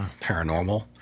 paranormal